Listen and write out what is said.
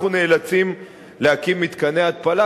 אנחנו נאלצים להקים מתקני התפלה,